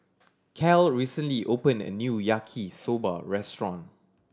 Cal recently opened a new Yaki Soba restaurant